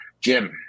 Jim